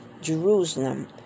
Jerusalem